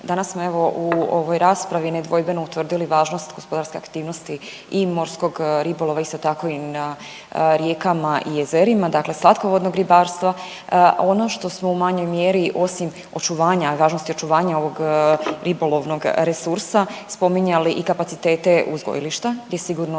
danas smo evo u ovoj raspravi nedvojbeno utvrdili važnost gospodarske aktivnosti i morskog ribolova isto tako i na rijekama i jezerima, dakle slatkovodnog ribarstva. Ono što smo u manjoj mjeri osim očuvanja, važnosti očuvanja ovog ribolovnog resursa spominjali i kapacitete uzgojilišta gdje sigurno